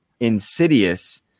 insidious